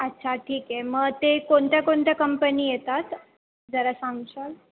अच्छा ठीक आहे मग ते कोणत्या कोणत्या कंपनी येतात जरा सांगशाल